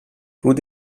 رود